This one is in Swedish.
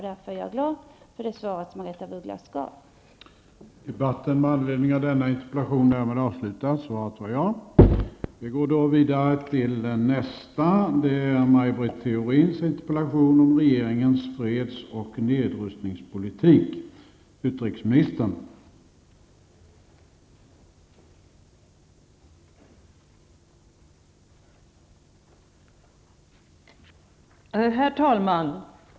Därför är jag glad för det svar som Margaretha af Ugglas har lämnat.